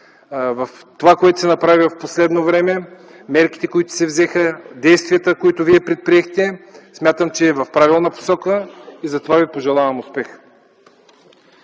Това, което се направи в последно време – мерките, които се взеха, действията, които Вие предприехте, смятам, че е в правилна посока и затова Ви пожелавам успех.